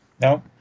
No